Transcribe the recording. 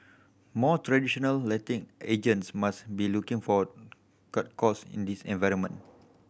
more traditional letting agents must be looking for cut costs in this environment